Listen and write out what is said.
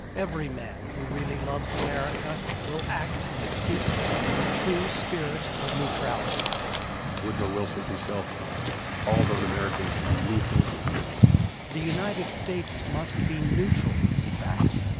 every man who really loves america will act and speak in the true spirit of neutrality woodrow wilson himself calls on americans to be neutral the united states must be neutral in fact,